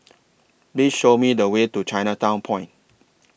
Please Show Me The Way to Chinatown Point